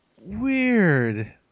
Weird